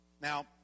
Now